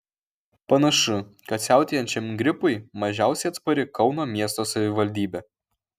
panašu kad siautėjančiam gripui mažiausiai atspari kauno miesto savivaldybė